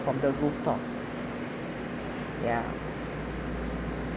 from the rooftop ya